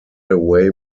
away